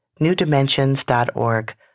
NewDimensions.org